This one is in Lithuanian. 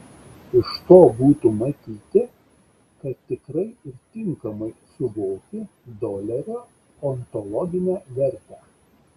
iš to būtų matyti kad tikrai ir tinkamai suvoki dolerio ontologinę vertę